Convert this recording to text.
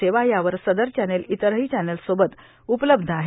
सेवा यावर सदर चॅनेल इतरही चॅनेल्ससोबत उपलब्ध आहेत